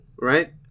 right